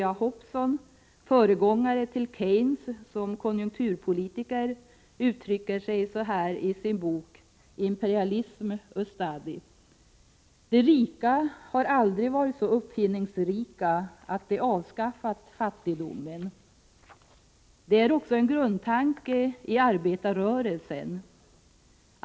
A. Hobson — föregångare till Keynes som konjunkturpolitiker — uttrycker sig så här i sin bok Imperialism A study: ”De rika har aldrig varit så uppfinningsrika att de avskaffat fattigdomen.” Det är också en grundtanke i arbetarrörelsen.